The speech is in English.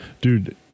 Dude